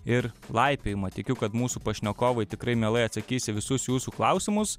ir laipiojimą tikiu kad mūsų pašnekovai tikrai mielai atsakys į visus jūsų klausimus